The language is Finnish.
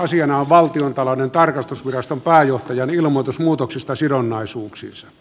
esitellään valtiontalouden tarkastusviraston pääjohtajan ilmoitus muutoksista sidonnaisuuksiinsa